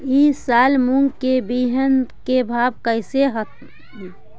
ई साल मूंग के बिहन के भाव कैसे हई?